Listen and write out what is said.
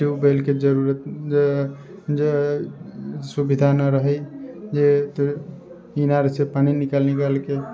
tube वेलके जरूरत जे जे सुविधा ना रहय जे इनारसँ पानी निकालि निकालि कऽ